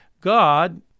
God